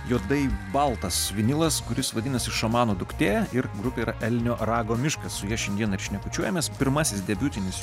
juodai baltas vinylas kuris vadinasi šamano duktė ir grupė yra elnio rago miškas su ja šiandien ir šnekučiuojamės pirmasis debiutinis